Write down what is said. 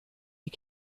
die